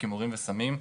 הימורים וסמים,